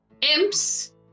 imps